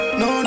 no